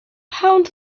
pound